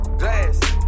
glass